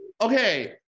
okay